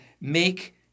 make